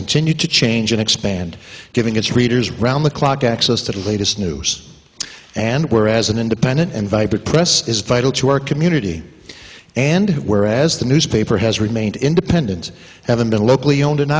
continued to change and expand giving its readers round the clock access to the latest news and whereas an independent and vibrant press is vital to our community and whereas the newspaper has remained independent haven't been a locally owned and